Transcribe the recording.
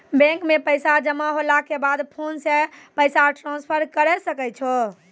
bank मे पैसा जमा होला के बाद फोन से पैसा ट्रांसफर करै सकै छौ